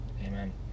Amen